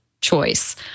choice